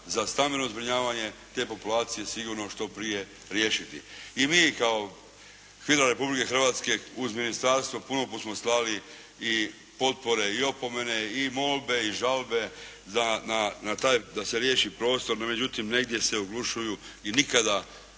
za stambeno zbrinjavanje te populacije sigurno što prije riješiti. I mi kao HVIDRA Republike Hrvatske uz ministarstvo puno puta smo slali i potpore i opomene i molbe i žalbe da se riješi prostor, međutim negdje se oglušuju i nikada